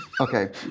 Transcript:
Okay